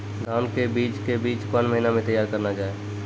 धान के बीज के बीच कौन महीना मैं तैयार करना जाए?